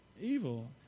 evil